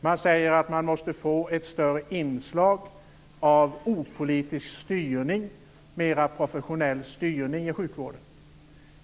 Man säger att man måste få ett större inslag av opolitisk styrning, mer professionell styrning i sjukvården.